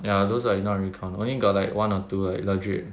ya those like not really count only got like one or two like legit